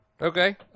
Okay